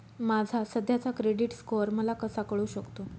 माझा सध्याचा credit score मला कसा कळू शकतो?